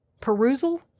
Perusal